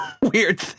weird